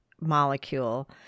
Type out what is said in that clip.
molecule